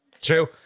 True